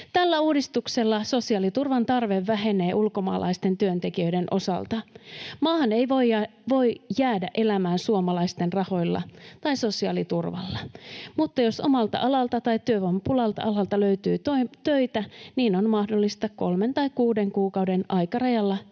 Tällä uudistuksella sosiaaliturvan tarve vähenee ulkomaalaisten työntekijöiden osalta. Maahan ei voi jäädä elämään suomalaisten rahoilla tai sosiaaliturvalla. Mutta jos omalta alalta tai työvoimapula-alalta löytyy töitä, niin on mahdollista kolmen tai kuuden kuukauden aikarajalla töitä